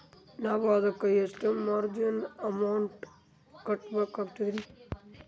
ನಾವು ಅದಕ್ಕ ಎಷ್ಟ ಮಾರ್ಜಿನ ಅಮೌಂಟ್ ಕಟ್ಟಬಕಾಗ್ತದ್ರಿ?